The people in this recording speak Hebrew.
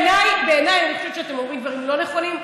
בעיניי, אני חושבת שאתם אומרים דברים לא נכונים.